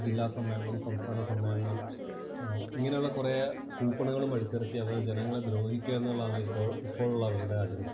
ജില്ലാ സമ്മേളനം സംസ്ഥാനസമ്മേളനം ഇങ്ങനെ ഉള്ള കുറെ കൂപ്പണുകളും അടിച്ചിറക്കി അവർ ജനങ്ങളെ ദ്രോഹിക്കുക എന്നുള്ളതാണ് ഇപ്പോൾ ഇപ്പോഴുള്ള അവരുടെ അജണ്ട